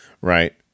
Right